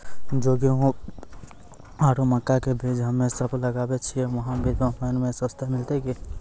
जे गेहूँ आरु मक्का के बीज हमे सब लगावे छिये वहा बीज ऑनलाइन मे सस्ता मिलते की?